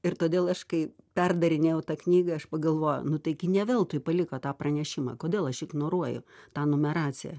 ir todėl aš kai perdarinėjau tą knygą aš pagalvojau nu taigi ne veltui paliko tą pranešimą kodėl aš ignoruoju tą numeraciją